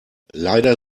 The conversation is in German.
leider